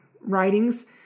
writings